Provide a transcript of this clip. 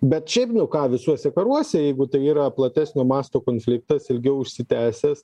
bet šiaip nu ką visuose karuose jeigu tai yra platesnio masto konfliktas ilgiau užsitęsęs